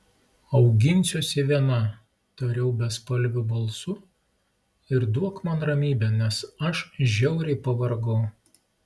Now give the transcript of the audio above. auginsiuosi viena tariau bespalviu balsu ir duok man ramybę nes aš žiauriai pavargau